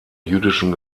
jüdischen